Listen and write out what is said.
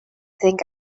think